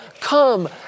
come